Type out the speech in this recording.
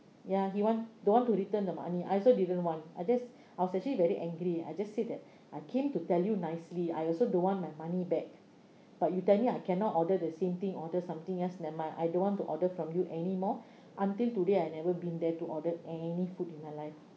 ya he want don't want to return the money I also didn't want I just I was actually very angry I just say that I came to tell you nicely I also don't want my money back but you tell me I cannot order the same thing order something else never mind I don't want to order from you anymore until today I never been there to order any food in my life